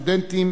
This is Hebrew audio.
הסטודנטים